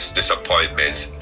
disappointments